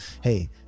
hey